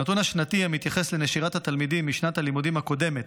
הנתון השנתי המתייחס לנשירת התלמידים משנת הלימודים הקודמת,